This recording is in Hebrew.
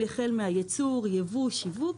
החל מהייצור, ייבוא, שיווק.